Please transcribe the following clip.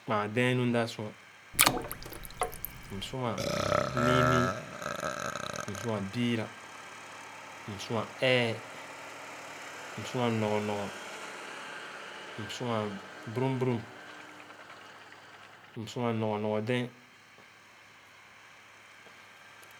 Kpaan dɛɛn nu mda sua. Msua miimii, msua biira, msua ee-è, msua nɔgɔ nɔgɔ, msua burum burum,<npoise> s msua nɔgɔ-nɔgc dɛɛn.